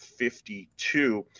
52